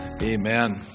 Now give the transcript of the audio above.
Amen